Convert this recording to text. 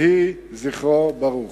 יהי זכרו ברוך.